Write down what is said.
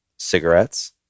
cigarettes